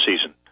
season